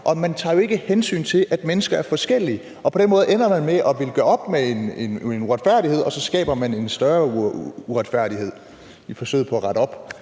Man tager jo ikke hensyn til, at mennesker er forskellige. På den måde ender man med at ville gøre op med en uretfærdighed, og så skaber man en større uretfærdighed i forsøget på at rette op,